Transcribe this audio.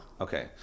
Okay